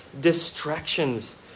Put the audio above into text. distractions